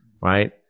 right